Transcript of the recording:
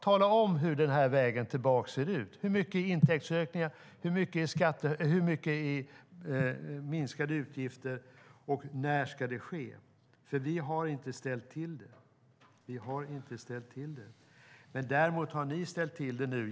Tala om hur mycket det ska vara i intäktsökningar, i skatteökningar och i minskade utgifter! Och när ska det ske? Vi har inte ställt till det. Däremot har ni nu ställt till det.